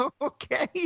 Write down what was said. Okay